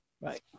right